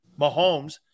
Mahomes